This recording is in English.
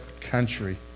country